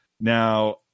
Now